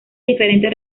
diferentes